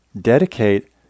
dedicate